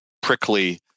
prickly